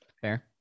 fair